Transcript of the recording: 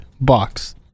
box